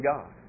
God